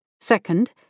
Second